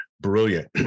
brilliant